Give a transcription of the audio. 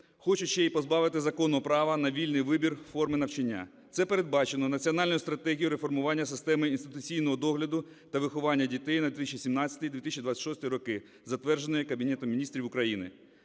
хочуть ще і позбавити законного права на вільний вибір форми навчання. Це передбачено Національною стратегією реформування системи інституційного догляду та виховання дітей на 2017 - 2026 роки, затверджений Кабінетом Міністрів України.